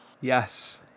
Yes